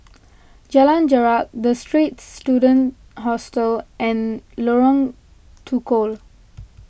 Jalan Jarak the Straits Students Hostel and Lorong Tukol